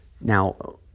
Now